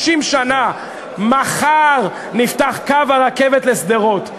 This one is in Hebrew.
שישראלים רבים קיפחו את חייהם באינתיפאדה הזאת,